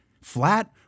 flat